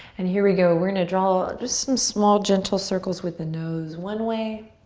and here we go, we're gonna draw just some small gentle circles with a nose one way.